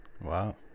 Wow